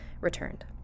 returned